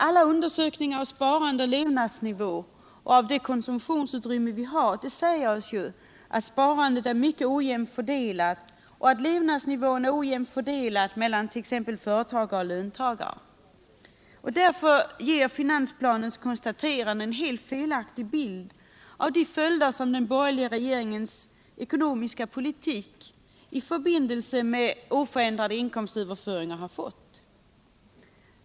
Alla undersökningar av sparande, levnadsnivå och konsumtionsutrymme säger oss emellertid att sparandet är mycket ojämnt fördelat och att levnadsnivån är mycket ojämnt fördelad mellan t.ex. företagare och löntagare. Därför ger finansplanens konstaterande en felaktig bild av de följder som den borgerliga regeringens ekonomiska politik i förbindelse med oförändrade inkomstöverföringar får.